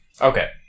Okay